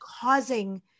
causing